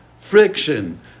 Friction